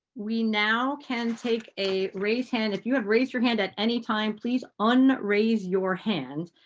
we now can take a raised hand. if you have raised your hand at any time please unraise your hand.